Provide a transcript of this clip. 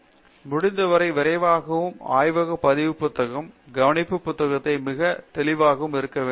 பேராசிரியர் சத்யநாராயணன் என் கும்மாடி முடிந்தவரை விரைவாகவும் ஆய்வகப் பதிவு புத்தகம் கவனிப்பு புத்தகத்தை மிக தெளிவாகவும் இருக்க வேண்டும்